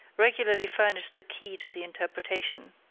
regularly furnish the key to the interpretation.